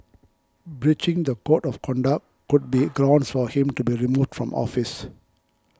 breaching the code of conduct could be grounds for him to be removed from office